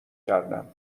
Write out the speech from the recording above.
کردم